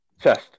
test